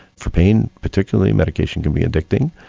for pain particularly medication can be addicting,